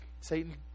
Satan